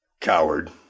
Coward